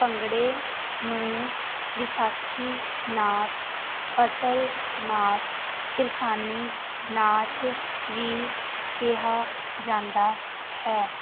ਭੰਗੜੇ ਨੂੰ ਵਿਸਾਖੀ ਨਾਚ ਫਸਲ ਨਾਚ ਕਿਰਸਾਨੀ ਨਾਚ ਵੀ ਕਿਹਾ ਜਾਂਦਾ ਹੈ